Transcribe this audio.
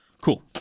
Cool